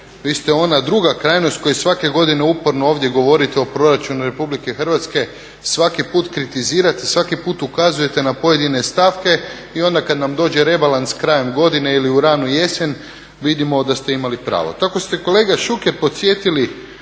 vi ste ona druga krajnost koji svake godine uporno ovdje govorite o proračunu Republike Hrvatske, svaki put kritizirate, svaki put ukazujete na pojedine stavke i onda kad nam dođe rebalans krajem godine ili u ranu jesen vidimo da ste imali pravo. Tako ste kolega Šuker podsjetili